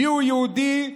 מיהו יהודי?